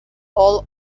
all